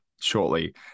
shortly